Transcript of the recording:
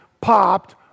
popped